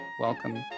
Welcome